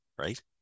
right